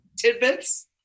tidbits